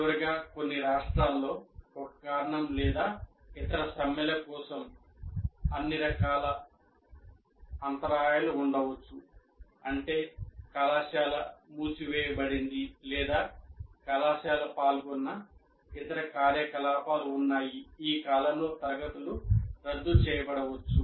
చివరగా కొన్ని రాష్ట్రాల్లో ఒక కారణం లేదా ఇతర సమ్మెల కోసం అన్ని రకాల అంతరాయాలు ఉండవచ్చు అంటే కళాశాల మూసివేయబడింది లేదా కళాశాల పాల్గొన్న ఇతర కార్యకలాపాలు ఉన్నాయి ఈ కాలంలో తరగతులు రద్దు చేయబడవచ్చు